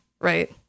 right